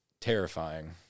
terrifying